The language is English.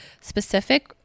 specific